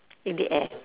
in the air